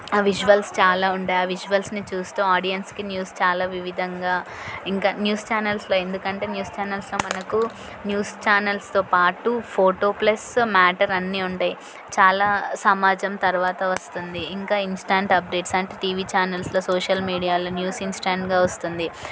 ఆ విజువల్స్ చాలా ఉంటాయి ఆ విజువల్స్ని చూస్తూ ఆడియన్స్కి న్యూస్ చాలా వివిధంగా ఇంకా న్యూస్ ఛానల్స్లో ఎందుకంటే న్యూస్ ఛానల్స్లో మనకు న్యూస్ ఛానల్స్తో పాటు ఫోటో ప్లస్ మ్యాటర్ అన్నీ ఉంటాయి చాలా సమాజం తర్వాత వస్తుంది ఇంకా ఇన్స్టాంట్ అప్డేట్స్ అండ్ టీవీ ఛానల్స్లో సోషల్ మీడియాలో న్యూస్ ఇన్స్టాంట్గా వస్తుంది